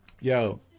Yo